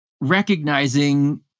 recognizing